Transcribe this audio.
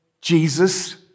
Jesus